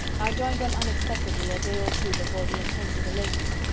i joined them unexpectedly a day or two before the intended elopement,